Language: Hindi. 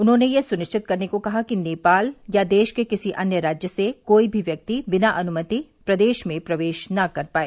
उन्होंने यह सुनिश्चित करने को कहा कि नेपाल या देश के किसी अन्य राज्य से कोई भी व्यक्ति बिना अनुमति प्रदेश में प्रवेश न कर पाए